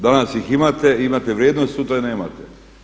Danas ih imate, imate vrijednost, sutra ih nemate.